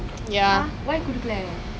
I think as I